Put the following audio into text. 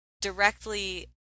directly